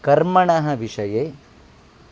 कर्मणः विषये